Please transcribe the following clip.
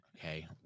okay